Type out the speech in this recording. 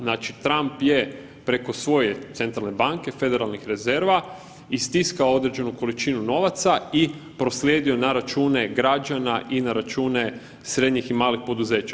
Znači, Trump je preko svoje centralne banke federalnih rezerva istiskao određenu količinu novaca i proslijedio na račune građana i na račune srednjih i malih poduzeća.